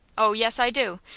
oh, yes, i do.